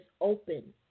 open